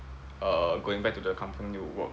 err I'm going back to the company to work